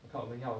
看我们要